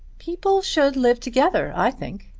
people should live together, i think.